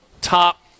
top